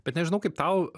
bet nežinau kaip tau